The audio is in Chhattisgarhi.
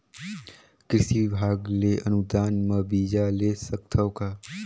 कृषि विभाग ले अनुदान म बीजा ले सकथव का?